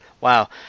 Wow